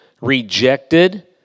rejected